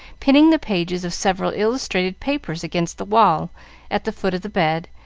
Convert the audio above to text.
pinning the pages of several illustrated papers against the wall at the foot of the bed,